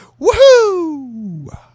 woohoo